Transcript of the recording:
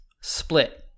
split